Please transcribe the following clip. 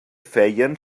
feien